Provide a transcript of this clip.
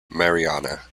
marianna